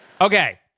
Okay